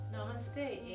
Namaste